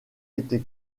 été